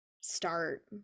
start